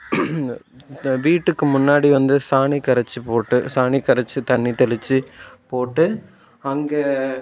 த வீட்டுக்கு முன்னாடி வந்து சாணி கரைச்சி போட்டு சாணி கரைச்சி தண்ணி தெளிச்சு போட்டு அங்கே